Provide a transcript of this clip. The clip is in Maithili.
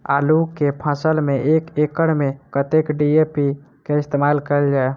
आलु केँ फसल मे एक एकड़ मे कतेक डी.ए.पी केँ इस्तेमाल कैल जाए?